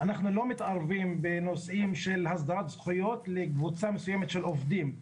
אנחנו לא מתערבים בנושאים של הסדרת זכויות לקבוצה מסוימת של עובדים.